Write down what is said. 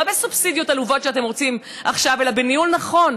לא בסובסידיות עלובות שאתם רוצים עכשיו אלא בניהול נכון.